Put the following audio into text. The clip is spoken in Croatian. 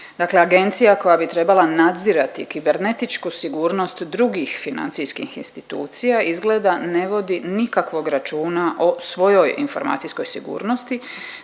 Dakle, agencija koja bi trebala nadzirati kibernetičku sigurnost drugih financijskih institucija izgleda ne vodi nikakvog računa o svojoj informacijskoj sigurnosti,